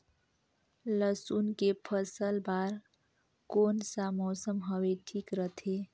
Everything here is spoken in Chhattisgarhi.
लसुन के फसल बार कोन सा मौसम हवे ठीक रथे?